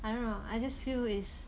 I don't know I just feel is